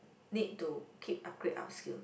need to keep upgrade up skill